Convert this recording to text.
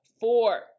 four